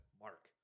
Mark